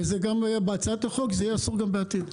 וזה יהיה אסור גם בעתיד בהצעת החוק.